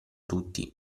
tutti